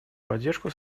поддержку